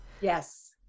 Yes